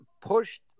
pushed